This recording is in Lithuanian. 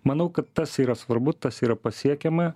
manau kad tas yra svarbu tas yra pasiekiama